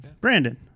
Brandon